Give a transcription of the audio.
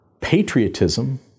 patriotism